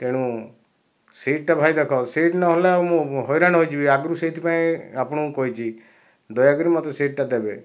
ତେଣୁ ସିଟଟା ଭାଇ ଦେଖ ସିଟ୍ ନହେଲେ ଆଉ ମୁଁ ହଇରାଣ ହୋଇଯିବି ଆଗରୁ ସେଇଥିପାଇଁ ଆପଣଙ୍କୁ କହିଛି ଦୟାକରି ମୋତେ ସିଟଟା ଦେବେ